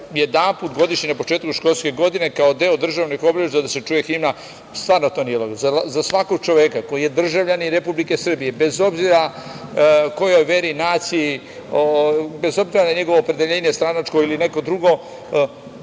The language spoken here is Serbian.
jedanput godišnje na početku školske godine kao deo državnih obeležja da se čuje himna, stvarno to nije logično. Za svakog čoveka koji je državljanin Republike Srbije, bez obzira kojoj veri, naciji pripada, bez obzira na njegovo opredeljenje stranačko ili neko drugo,